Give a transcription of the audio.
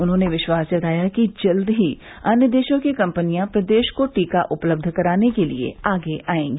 उन्होंने विश्वास जताया कि जल्द ही अन्य देशों की कम्पनियां प्रदेश को टीका उपलब्ध कराने के लिये आगे आयेंगी